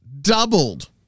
Doubled